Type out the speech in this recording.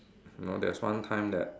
you know there's one time that